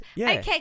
Okay